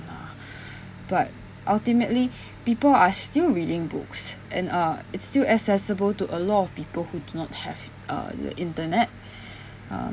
but ultimately people are still reading books and uh it's still accessible to a lot of people who do not have uh the internet uh